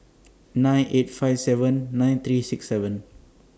nine eight five seven nine three six seven